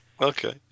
Okay